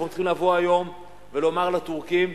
אנחנו צריכים לבוא היום ולומר לטורקים: